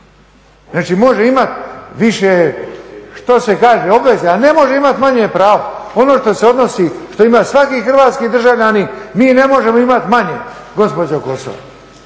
Znači može imati više što se kaže obveze, a ne može imati manje pravo. Ono što se odnosi, što ima svaki hrvatski državljanin mi ne možemo imati manje gospođo Kosor.